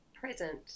present